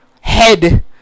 head